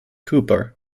cooper